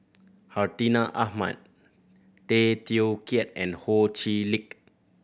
Hartinah Ahmad Tay Teow Kiat and Ho Chee Lick